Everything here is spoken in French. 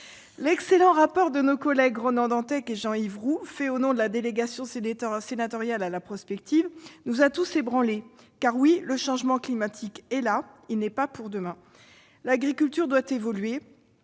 L'excellent rapport de nos collègues Ronan Dantec et Jean Yves Roux fait au nom de la délégation sénatoriale à la prospective nous a tous ébranlés : oui, le changement climatique est là, il n'est pas pour demain. L'agriculture doit évoluer.